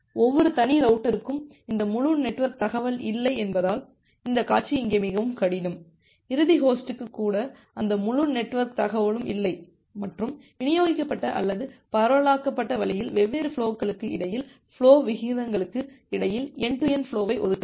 ஒவ்வொரு தனி ரவுட்டருக்கும் இந்த முழு நெட்வொர்க் தகவல் இல்லை என்பதால் இந்த காட்சி இங்கே மிகவும் கடினம் இறுதி ஹோஸ்டுக்கு கூட அந்த முழு நெட்வொர்க் தகவலும் இல்லை மற்றும் விநியோகிக்கப்பட்ட அல்லது பரவலாக்கப்பட்ட வழியில் வெவ்வேறு ஃபுலோக்களுக்கு இடையில் ஃபுலோ விகிதங்களுக்கு இடையில் என்டு டு என்டு ஃபுலோவை ஒதுக்க வேண்டும்